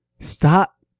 stop